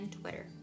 Twitter